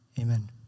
amen